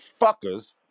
fuckers